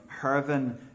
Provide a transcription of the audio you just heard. Hervin